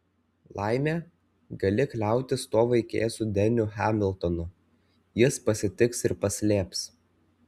laimė gali kliautis tuo vaikėzu deniu hamiltonu jis pasitiks ir paslėps